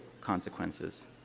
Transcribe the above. consequences